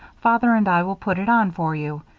father and i will put it on for you.